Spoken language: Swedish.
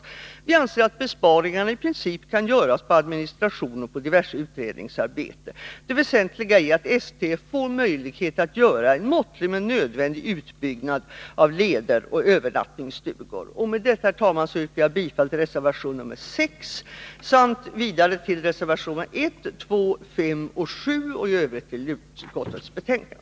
Men vi anser att besparingarna i princip kan göras på administration och diverse utredningsarbete. Det väsentliga är att STF får möjlighet till en måttlig men nödvändig utbyggnad av leder och övernattningsstugor. Med detta, herr talman, yrkar jag bifall till reservation 6 och vidare till reservationerna 1, 2, 5 och 7 samt i övrigt till utskottets hemställan.